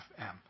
FM